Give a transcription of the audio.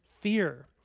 fear